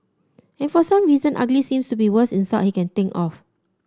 and for some reason ugly seems to be worst insult he can think of